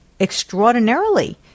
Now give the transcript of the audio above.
extraordinarily